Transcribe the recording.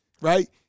Right